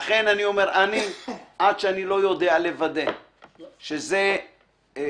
לכן אני אומר: אני עד שאני לא יודע לוודא שזה פרויקט,